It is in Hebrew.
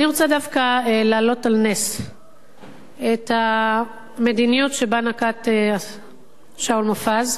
אני רוצה דווקא להעלות על נס את המדיניות שנקט שאול מופז,